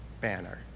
banner